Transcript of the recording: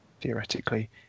Theoretically